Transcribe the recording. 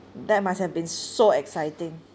that must have been so exciting